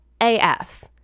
AF